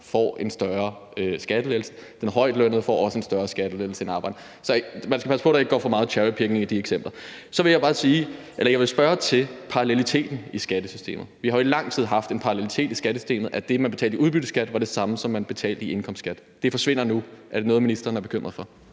får en større skattelettelse. Den højtlønnede får også en større skattelettelse end arbejderen. Så man skal passe på, at der ikke går for meget cherrypicking i de eksempler. Så vil jeg spørge til paralleliteten i skattesystemet. Vi har jo i lang tid haft en parallelitet i skattesystemet, altså at det, man betalte i udbytteskat, var det samme, som man betalte i indkomstskat. Det forsvinder nu. Er det noget, ministeren er bekymret for?